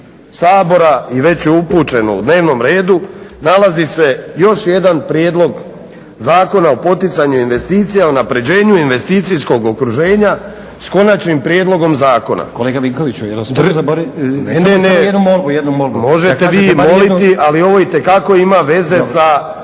Sabora i već je upućeno u dnevnom redu nalazi se još jedan prijedlog Zakona o poticanju investicija, o unapređenju investicijskog okruženja s konačnim prijedlogom zakona. …/Upadica Stazić: Kolega Vinkoviću ja imam samo jednu molbu. Možete li vi bar jednu …/… Možete vi, ali ovo itekako ima veze sa